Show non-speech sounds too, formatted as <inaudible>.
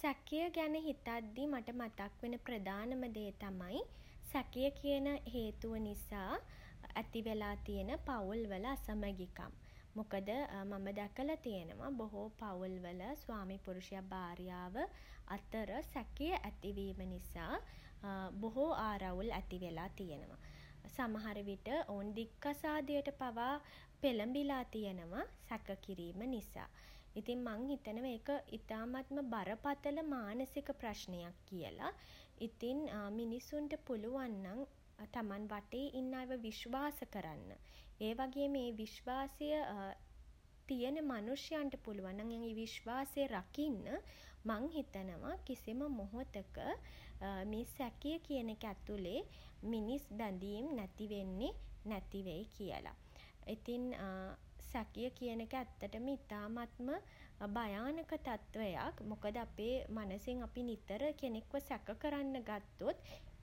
සැකය ගැන හිතද්දි මට මතක් වෙන ප්‍රධානම දේ තමයි <hesitation> සැකය කියන හේතුව නිසා. <hesitation> ඇතිවෙලා තියෙන පවුල් වල අසමගිකම්. මොකද <hesitation> මම දැකලා තියෙනවා <hesitation> බොහෝ පවුල්වල <hesitation> ස්වාමිපුරුෂයා <hesitation> භාර්යාව <hesitation> අතර <hesitation> සැකය ඇති වීම නිසා <hesitation> බොහෝ ආරවුල් ඇතිවෙලා තියෙනවා. සමහර විට <hesitation> ඔවුන් දික්කසාදයට පවා <hesitation> පෙළඹිලා තියෙනවා සැක කිරීම නිසා. ඉතින් මං හිතනවා ඒක <hesitation> ඉතාමත්ම බරපතළ මානසික ප්‍රශ්නයක් කියල. ඉතින් <hesitation> මිනිස්සුන්ට පුළුවන් නම් <hesitation> තමන් වටේ ඉන්න අය විශ්වාස කරන්න. ඒ වගේම ඒ විශ්වාසය <hesitation> තියන මනුෂ්‍යයන්ට පුළුවන් නම් ඒ විශ්වාසය රකින්න <hesitation> මං හිතනවා <hesitation> කිසිම මොහොතක <hesitation> මේ සැකය කියන එක ඇතුළේ <hesitation> මිනිස් බැඳීම් නැති වෙන්නෙ <hesitation> නැතිවෙයි කියල. ඉතින් <hesitation> සැකය කියන එක ඇත්තටම ඉතාමත්ම <hesitation> භයානක තත්වයක්. මොකද අපේ <hesitation> මනසින් අපි නිතර කෙනෙක්ව සැක කරන්න ගත්තොත්